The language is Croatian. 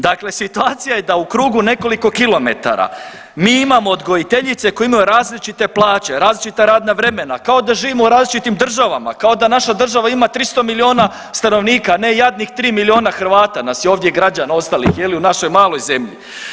Dakle, situacija je da u krugu nekoliko kilometara mi imamo odgojiteljice koje imaju različite plaće, različita radna vremena, kao da živimo u različitim državama, kao da naša država ima 300 milijuna stanovnika, a ne jadnih 3 milijuna Hrvata nas je ovdje građana ostalih, je li, u našoj maloj zemlji.